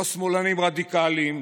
לא שמאלנים רדיקליים,